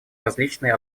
различные